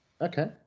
Okay